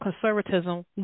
conservatism